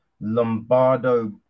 Lombardo